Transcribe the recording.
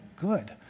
good